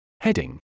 Heading